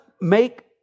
make